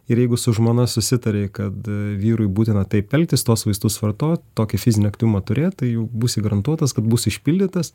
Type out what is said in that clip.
ir jeigu su žmona susitarei kad vyrui būtina taip elgtis tuos vaistus vartot tokį fizinį aktyvumą turėt tai jau būsi garantuotas kad bus išpildytas